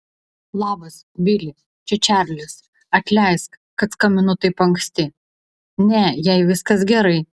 labas bili čia čarlis atleisk kad skambinu taip anksti ne jai viskas gerai